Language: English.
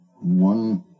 one